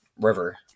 river